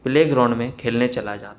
play ground میں کھیلنے چلا جاتا ہے